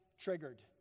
triggered